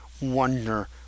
wonder